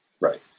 Right